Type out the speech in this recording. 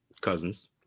Cousins